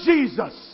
Jesus